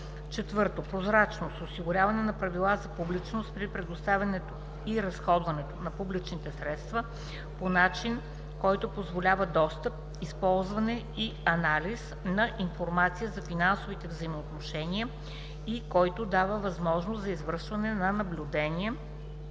помощ; 4. прозрачност – осигуряване на правила за публичност при предоставянето и разходването на публични средства по начин, който позволява достъп, използване и анализ на информация за финансовите взаимоотношения и който дава възможност за извършване на наблюдение,